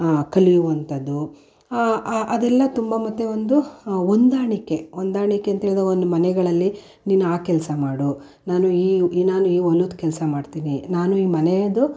ಕಲಿಯುವಂಥದ್ದು ಅದೆಲ್ಲ ತುಂಬ ಮತ್ತೆ ಒಂದು ಹೊಂದಾಣಿಕೆ ಹೊಂದಾಣಿಕೆ ಅಂತ ಹೇಳ್ದಾಗ ಒಂದು ಮನೆಗಳಲ್ಲಿ ನೀನು ಆ ಕೆಲಸ ಮಾಡು ನಾನು ಈ ನಾನು ಈ ಹೊಲದ ಕೆಲಸ ಮಾಡ್ತೀನಿ ನಾನು ಈ ಮನೆಯದು